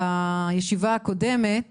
בישיבה הקודמת